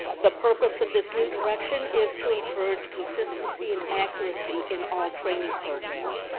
the purpose of this new direction is to encourage consistency and accuracy in all training programs.